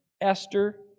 Esther